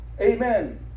amen